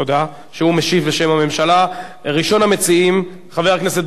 8063, 8069,